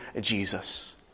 Jesus